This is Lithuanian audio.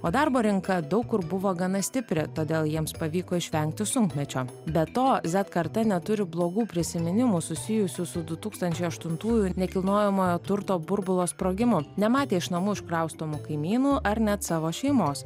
o darbo rinka daug kur buvo gana stipri todėl jiems pavyko išvengti sunkmečio be to zet karta neturi blogų prisiminimų susijusių su du tūkstančiai aštuntųjų nekilnojamojo turto burbulo sprogimu nematė iš namų iškraustomų kaimynų ar net savo šeimos